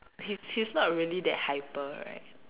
he's he's not really that hyper right